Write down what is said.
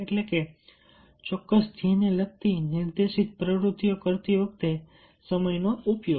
એટલે કે ચોક્કસ ધ્યેય ને લગતી નિર્દેશિત પ્રવૃત્તિઓ કરતી વખતે સમયનો ઉપયોગ